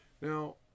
Now